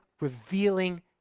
Revealing